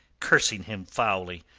cursing him foully,